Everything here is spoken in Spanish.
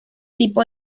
tipo